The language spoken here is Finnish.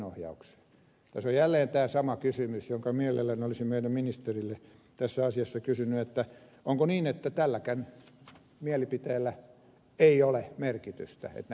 tässä on jälleen tämä sama kysymys jonka mielelläni olisin meidän ministerillemme tässä asiassa esittänyt että onko niin että tälläkään mielipiteellä ei ole merkitystä että näitä vaaroja nähdään